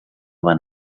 van